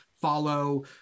follow